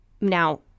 now